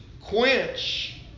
quench